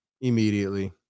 Immediately